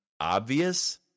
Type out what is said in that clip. obvious